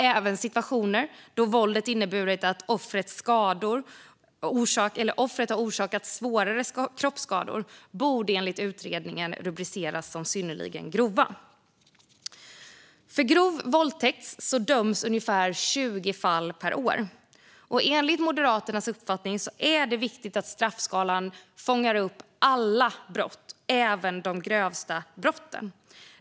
Även situationer då våldet inneburit att offret orsakats svårare kroppsskador borde enligt utredningen rubriceras som synnerligen grova. För grov våldtäkt döms i ungefär 20 fall per år. Enligt Moderaternas uppfattning är det viktigt att straffskalan fångar upp alla brott, även de grövsta brotten.